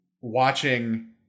watching